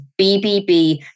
BBB